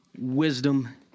wisdom